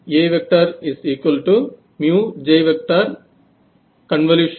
A AJ G convolution